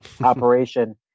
operation